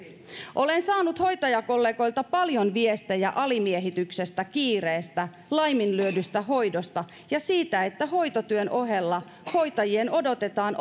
olen saanut hoitajakollegoilta paljon viestejä alimiehityksestä kiireestä laiminlyödystä hoidosta ja siitä että hoitotyön ohella hoitajien odotetaan